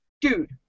Dude